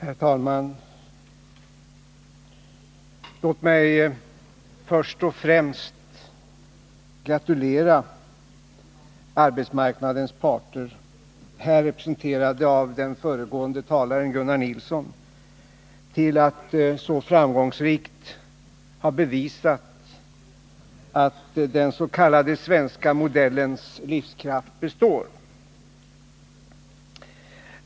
Herr talman! Låt mig först och främst gratulera arbetsmarknadens parter, här representerade av den föregående talaren Gunnar Nilsson, till att så framgångsrikt ha bevisat att den s.k. svenska modellens livskraft består.